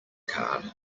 card